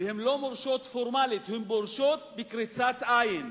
הן לא מורשות פורמלית, הן מורשות בקריצת עין.